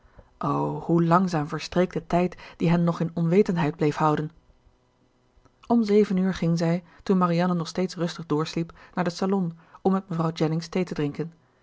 o hoe langzaam verstreek de tijd die hen nog in onwetendheid bleef houden om zeven uur ging zij toen marianne nog steeds rustig doorsliep naar den salon om met mevrouw jennings thee te drinken